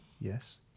Yes